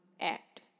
act